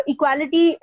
Equality